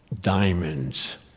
diamonds